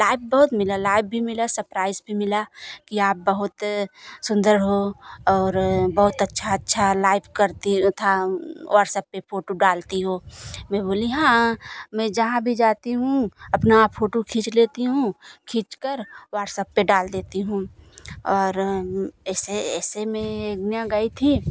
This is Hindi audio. लाइव बहुत मिला लाइव भी मिला सप्राइस भी मिला कि आप बहुत सुंदर हो और बहुत अच्छा अच्छा लाइव करती वह था व्हाट्सअप पर फोटू डालती हो मैं बोली हाँ मैं जहाँ भी जाती हूँ अपना फोटू खींच लेती हूँ खींचकर व्हाट्सअप पर डाल देती हूँ और ऐसे ऐसे मैं मैं गई थी